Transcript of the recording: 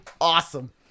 Awesome